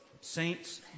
Saints